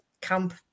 camp